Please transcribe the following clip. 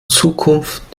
zukunft